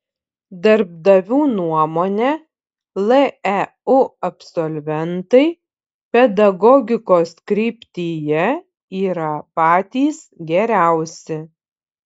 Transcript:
darbdavių nuomone leu absolventai pedagogikos kryptyje yra patys geriausi